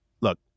look